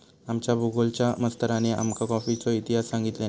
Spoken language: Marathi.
आमच्या भुगोलच्या मास्तरानी आमका कॉफीचो इतिहास सांगितल्यानी